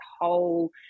whole